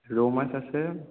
ৰৌ মাছ আছে